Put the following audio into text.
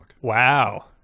Wow